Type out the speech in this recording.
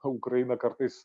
ukrainą kartais